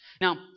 Now